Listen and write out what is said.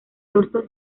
dorso